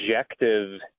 objective